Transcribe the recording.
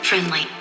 Friendly